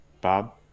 Bob